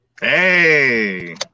hey